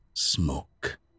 smoke